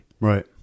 Right